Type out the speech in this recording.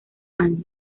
años